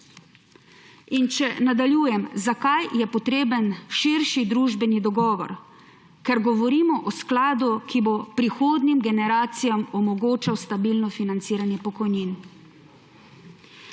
In če nadaljujem. Zakaj je potreben širši družbeni dogovor, ker govorimo o skladu, ki bo prihodnim generacijam omogočal stabilno financiranje pokojnin.